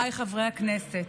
הכנסת,